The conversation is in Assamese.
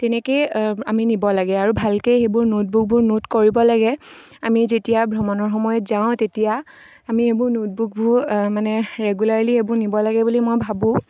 তেনেকেই আমি নিব লাগে আৰু ভালকৈ সেইবোৰ ন'টবুকবোৰ নোট কৰিব লাগে আমি যেতিয়া ভ্ৰমণৰ সময়ত যাওঁ তেতিয়া আমি এইবোৰ নোটবুকবোৰ মানে ৰেগুলাৰলি এইবোৰ নিব লাগে বুলি মই ভাবোঁ